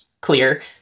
clear